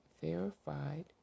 verified